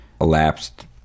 elapsed